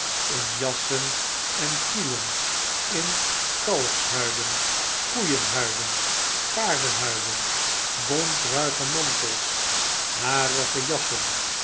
in jassen en kielen in kalfshuiden koeienhuiden paardenhuiden bont ruige mantels harige jassen